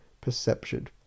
perception